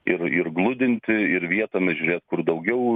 ir ir glūdinti ir vietomis žiūrėt kur daugiau